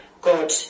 God